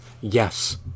Yes